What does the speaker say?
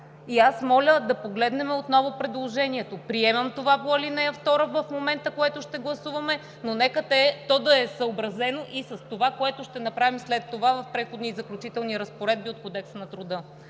и аз моля да погледнем отново предложението. Приемам това по ал. 2 в момента, което ще гласуваме, но нека то да е съобразено и с това, което ще направим след това в Преходните и заключителните разпоредби от Кодекса на труда.